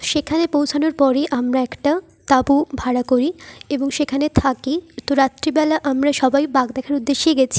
সেখানে পৌঁছানোর পরে আমরা একটা তাঁবু ভাড়া করি এবং সেখানে থাকি তো রাত্রিবেলা আমরা সবাই বাঘ দেখার উদ্দেশ্যেই গেছি